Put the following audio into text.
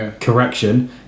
Correction